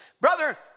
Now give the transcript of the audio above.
Brother